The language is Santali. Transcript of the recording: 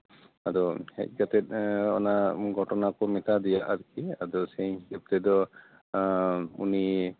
ᱟᱫᱚ ᱦᱮᱡ ᱠᱟᱛᱮ ᱚᱱᱟ ᱜᱷᱚᱴᱚᱱᱟ ᱠᱚ ᱢᱮᱛᱟᱫᱮᱭᱟ ᱟᱨᱠᱤ ᱟᱫᱚ ᱥᱮᱭ ᱦᱤᱥᱟᱹᱵᱽ ᱛᱮᱫᱚ ᱩᱱᱤ ᱯᱮᱥᱟᱨ ᱠᱚᱭ ᱧᱮᱞ ᱠᱮᱫ ᱛᱟᱭᱟ